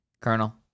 Colonel